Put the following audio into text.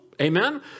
Amen